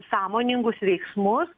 sąmoningus veiksmus